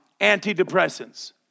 antidepressants